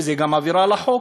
וזו גם עבירה על החוק.